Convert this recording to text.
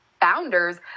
founders